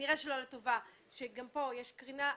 כנראה שלא לטובה, שגם בו יש קרינה.